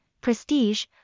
Prestige